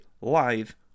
live